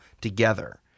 together